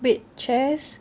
wait chess